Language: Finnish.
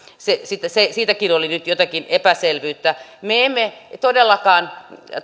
siitäkin oli jotakin epäselvyyttä me emme todellakaan